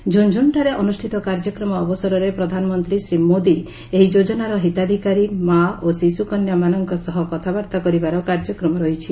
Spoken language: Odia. ଝୁନ୍ଝୁନ୍ଠାରେ ଅନୁଷ୍ଠିତ କାର୍ଯ୍ୟକ୍ରମ ଅବସରରେ ପ୍ରଧାନମନ୍ତ୍ରୀ ଶ୍ରୀ ମୋଦି ଏହି ଯୋଜନାର ହିତାଧିକାରୀ ମା ଓ ଶିଶୁକନ୍ୟାମାନଙ୍କ ସହ କଥାବାର୍ତ୍ତା କରିବାର କାର୍ଯ୍ୟକ୍ରମ ରହିଛି